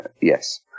yes